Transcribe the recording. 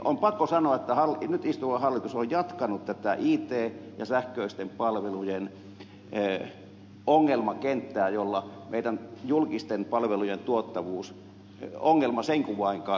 on pakko sanoa että nyt istuva hallitus on jatkanut it ja sähköisten palveluiden ongelmakenttää jolla meidän julkisten palveluiden tuottavuusongelma sen kun vain kasvaa